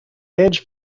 age